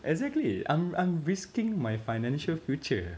exactly I'm risking my financial future